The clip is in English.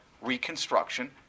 Reconstruction